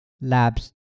labs